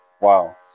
Wow